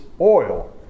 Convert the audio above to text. oil